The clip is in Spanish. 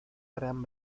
gran